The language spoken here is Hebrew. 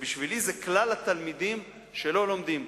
ובשבילי זה כלל התלמידים שלא לומדים,